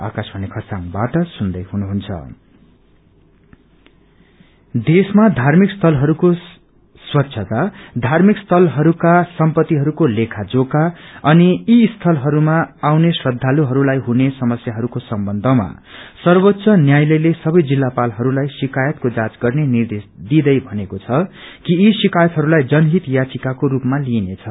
SC order देशमा थार्मिक स्थलहरूको स्वच्छता थार्मिक स्थलहरूको सम्पत्तिको लेखाजोखा अनि यी स्थलहरूमा आउने श्रद्धातुहरूलाई हुने समस्याहरूको सम्बन्धमा सर्वोच्च न्यायालयले सबै जिल्लापालहरूलाई शिकायतहरूको जाँच गर्ने निर्देश दिँदै भनेको छ कि यी शिकायतहरूलाई जनहित याचिकाको रूपमा लिइनेछ